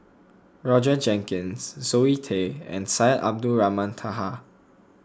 Roger Jenkins Zoe Tay and Syed Abdulrahman Taha